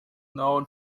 known